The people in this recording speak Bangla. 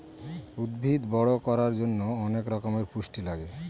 উদ্ভিদ বড়ো করার জন্য অনেক রকমের পুষ্টি লাগে